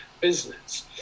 business